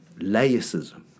laicism